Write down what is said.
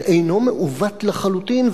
שאינו מעוות לחלוטין,